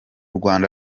rwanda